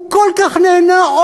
הוא כל כך נהנה,